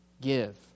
Give